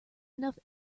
enough